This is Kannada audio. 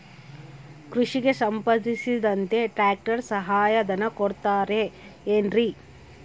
ಕೃಷಿಗೆ ಸಂಬಂಧಿಸಿದಂತೆ ಟ್ರ್ಯಾಕ್ಟರ್ ಸಹಾಯಧನ ಕೊಡುತ್ತಾರೆ ಏನ್ರಿ?